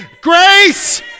Grace